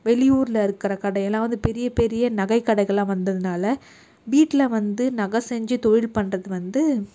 வெளியூரில் இருக்கிற கடையெல்லாம் வந்து பெரிய பெரிய நகை கடைகள்லாம் வந்ததினால வீட்டில் வந்து நகை செஞ்சு தொழில் பண்ணுறது வந்து